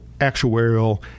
actuarial